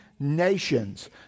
nations